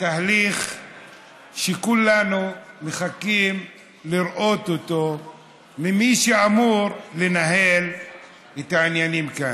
תהליך שכולנו מחכים לראות אותו ממי שאמור לנהל את העניינים כאן.